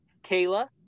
Kayla